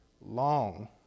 long